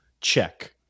Check